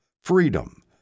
Freedom